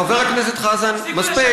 חבר הכנסת חזן, מספיק,